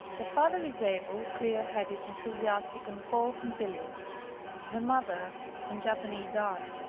the father is able, clear-headed, enthusiastic on golf and billiards the mother on japanese art